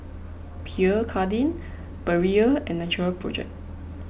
Pierre Cardin Perrier and Natural Project